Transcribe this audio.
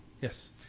Yes